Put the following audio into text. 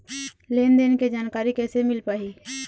लेन देन के जानकारी कैसे मिल पाही?